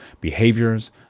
behaviors